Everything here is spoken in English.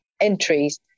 entries